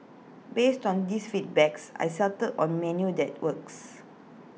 based on these feedbacks I settled on menu that works